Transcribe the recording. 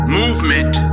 movement